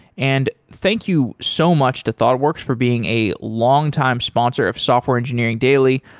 and thank you so much to thoughtworks for being a longtime sponsor of software engineering daily.